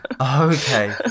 okay